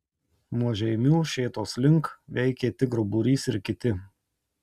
nuo žeimių šėtos link veikė tigro būrys ir kiti